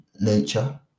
nature